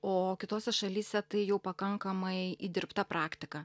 o kitose šalyse tai jau pakankamai įdirbta praktika